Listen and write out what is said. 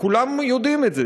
כולם יודעים את זה.